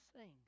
sing